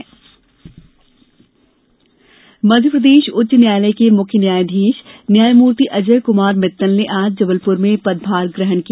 मुख्य न्यायाधीश मध्यप्रदेश उच्च न्यायालय के मुख्य न्यायाधीश न्यायमूर्ति अजय कुमार मित्तल ने आज जबलपुर में पदभार ग्रहण किया